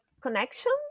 connection